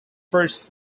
first